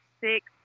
six